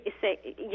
say